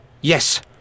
Yes